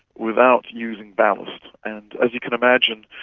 without using ballast. and, as you can imagine,